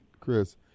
Chris